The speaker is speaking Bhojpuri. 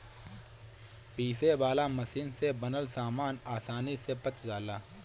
पीसे वाला मशीन से बनल सामान आसानी से पच जाला